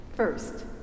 First